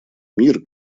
мир